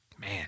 man